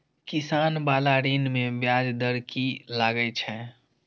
किसान बाला ऋण में ब्याज दर कि लागै छै?